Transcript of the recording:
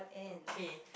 okay